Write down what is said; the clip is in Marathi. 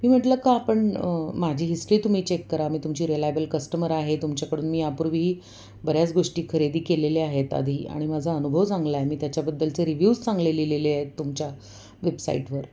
मी म्हटलं का पण माझी हिस्ट्री तुम्ही चेक करा मी तुमची रिलायबल कस्टमर आहे तुमच्याकडून मी यापूर्वीही बऱ्याच गोष्टी खरेदी केलेल्या आहेत आधी आणि माझा अनुभव चांगला आहे मी त्याच्याबद्दलचे रिव्यूज चांगले लिहिलेले आहेत तुमच्या वेबसाईटवर